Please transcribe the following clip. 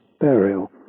burial